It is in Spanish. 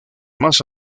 más